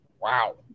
Wow